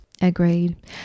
Agreed